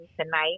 tonight